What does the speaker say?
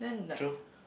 true